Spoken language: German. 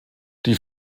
die